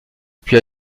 puis